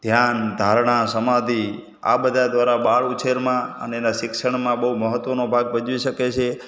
ધ્યાન ધારણા સમાધિ આ બધા દ્વારા બાળ ઉછેરમાં અને એનાં શિક્ષણમાં બહુ મહત્ત્વનો ભાગ ભજવી શકે છે